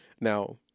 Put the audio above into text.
Now